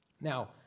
now